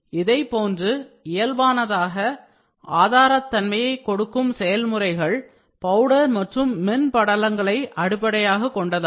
இதை போன்று இயல்பானதாக ஆதாரத்தன்மையை கொடுக்கும் செயல்முறைகள் பவுடர் மற்றும் மென் படலங்களை அடிப்படையாக கொண்டதாகும்